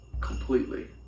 completely